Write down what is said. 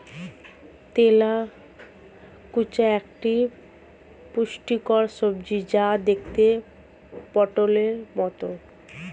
তেলাকুচা একটি পুষ্টিকর সবজি যা দেখতে পটোলের মতো